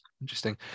Interesting